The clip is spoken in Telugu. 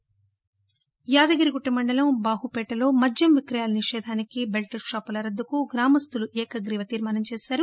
యాదాద్రియాదగిరిగుట్ట మండలం బాహుపేట లో మద్యం విక్రయాల నిషేధానికి బెల్ట్ షాపుల రద్గు కు గ్రామస్తుల ఏకగ్రీవ తీర్మానం చేశారు